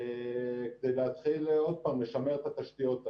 כדי להתחיל לשמר את התשתיות האלה.